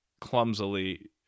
clumsily